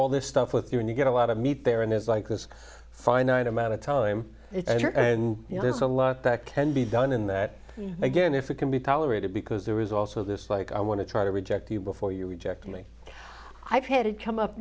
all this stuff with you and you get a lot of meat there and there's like this finite amount of time and you know there's a lot that can be done in that again if it can be tolerated because there is also this like i want to try to reject you before you reject me i've had it come up